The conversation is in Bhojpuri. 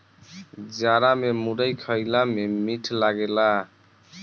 जाड़ा में मुरई खईला में मीठ लागेला